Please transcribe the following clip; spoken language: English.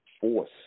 force